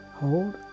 Hold